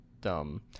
dumb